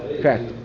correct